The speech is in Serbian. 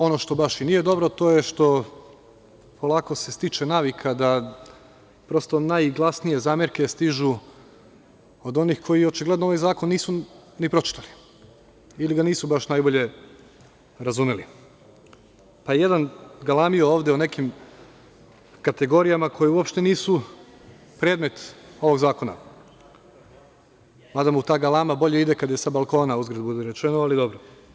Ono što baš i nije dobro to je što polako se stiče navika da prosto najglasnije zamerke stižu od onih koji očigledno ovaj zakon nisu ni pročitali ili ga nisu baš najbolje razumeli, pa je jedan galamio ovde o nekim kategorijama koje uopšte nisu predmet ovog zakona, mada mu ta galama bolje ide kada je sa balkona, uzgred budi rečeno, ali dobro.